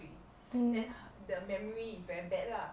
mm